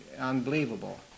unbelievable